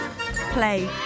Play